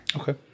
Okay